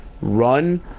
run